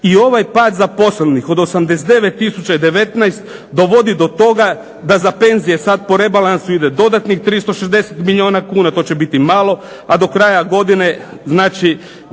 I ovaj pad zaposlenih od 89 tisuća i 19 dovodi do toga da za penzije sad po rebalansu ide dodatnih 360 milijuna kuna, to će biti malo, a do kraja godine znači